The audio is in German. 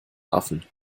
affen